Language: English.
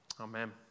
Amen